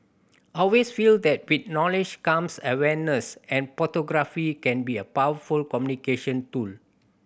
always feel that with knowledge comes awareness and can be a powerful communication tool